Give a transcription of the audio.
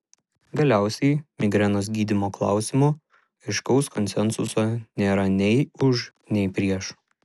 galiausiai migrenos gydymo klausimu aiškaus konsensuso nėra nei už nei prieš